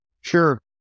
Sure